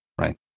right